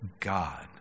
God